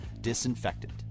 disinfectant